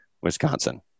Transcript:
wisconsin